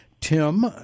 Tim